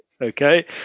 Okay